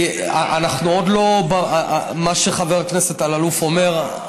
מה שחבר הכנסת אלאלוף אומר,